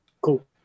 Cool